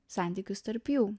santykius tarp jų